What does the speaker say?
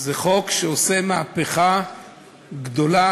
זה חוק שעושה מהפכה גדולה,